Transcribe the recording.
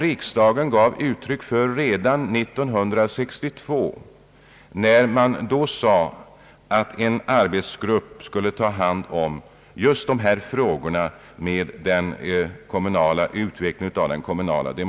riksdagens beslut 1962 att en arbetsgrupp skulle ta hand om just dessa frågor beträffande utvecklingen av den kommunala demokratin — måste vi göra någonting åt det.